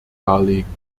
darlegen